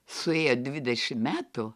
suėjo dvidešim metų